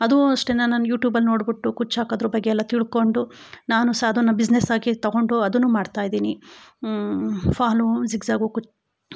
ಅದೂ ಅಷ್ಟೇ ನಾನು ಯೂಟ್ಯೂಬಲ್ಲಿ ನೋಡಿಬಿಟ್ಟು ಕುಚ್ಚು ಹಾಕೋದರ ಬಗ್ಗೆ ಎಲ್ಲ ತಿಳ್ಕೊಂಡು ನಾನು ಸ ಅದನ್ನು ಬಿಸ್ನೆಸ್ ಆಗಿ ತಗೊಂಡು ಅದನ್ನೂ ಮಾಡ್ತಾ ಇದ್ದೀನಿ ಫಾಲು ಝಿಗ್ ಝಗು ಕು